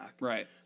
Right